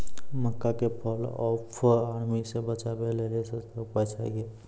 मक्का के fall of army से बचाबै लेली सस्ता उपाय चाहिए?